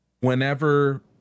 whenever